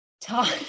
talk